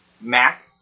Mac